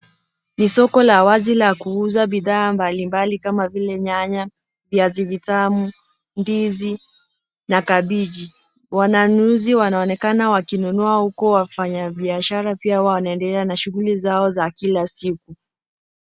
Ni soko la wazi la kuuza bidhaa mbalimbali kama vile nyanya, viazi vitamu, ndizi na kabiji. Wananunuzi wanaonekana wakinunua huku wafanyabiashara pia wao wanaendelea na shughuli zao za kila siku.